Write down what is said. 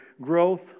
growth